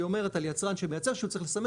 היא אומרת על יצרן שמייצר שהוא צריך לסמן